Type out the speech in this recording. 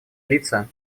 лица